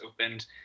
opened